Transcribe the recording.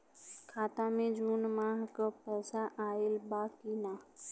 खाता मे जून माह क पैसा आईल बा की ना?